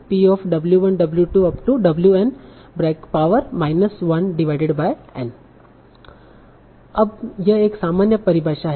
1N अब यह एक सामान्य परिभाषा है